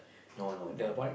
no no no